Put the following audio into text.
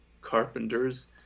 carpenters